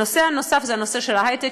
הנושא הנוסף זה הנושא של ההיי-טק.